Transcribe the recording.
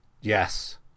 Yes